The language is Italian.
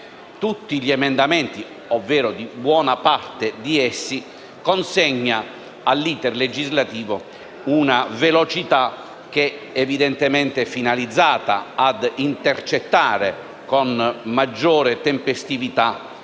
tutti gli emendamenti, ovvero di buona parte di essi, attribuisce all'*iter* legislativo una velocità evidentemente finalizzata a intercettare con maggior tempestività